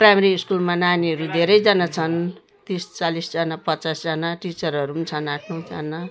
primary स्कुलमा नानीहरू धेरैजना छन् तिस चालिसजना पचासजना टिचरहरू नि छन् आठ नौजना